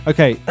Okay